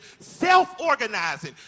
self-organizing